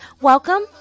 Welcome